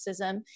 racism